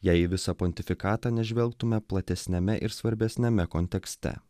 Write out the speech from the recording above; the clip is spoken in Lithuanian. jei į visą pontifikatą nežvelgtume platesniame ir svarbesniame kontekste